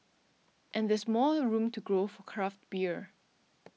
and there's more room to grow for craft beer